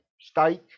steak